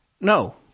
No